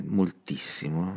moltissimo